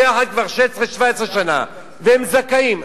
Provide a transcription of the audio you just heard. הם חיים ביחד כבר 16 17 שנה, והם זכאים.